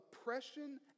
oppression